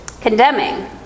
condemning